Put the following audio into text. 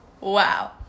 wow